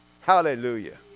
Hallelujah